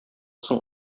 соң